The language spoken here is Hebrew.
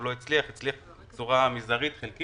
הוא לא הצליח או הצליח בצורה מזערית וחלקית.